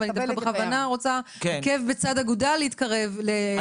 אני בכוונה רוצה עקב בצד אגודל להתקרב ולהתקדם.